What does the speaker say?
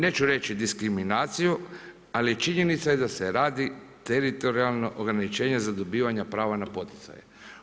Neću reći diskriminaciju ali činjenica je da se radi teritorijalno ograničenje za dobivanja prava na poticaj.